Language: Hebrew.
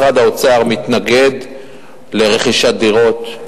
משרד האוצר מתנגד לרכישת דירות.